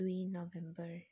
दुई नोभेम्बर